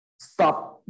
stop